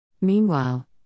Meanwhile